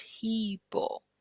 people